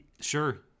Sure